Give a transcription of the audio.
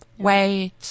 Wait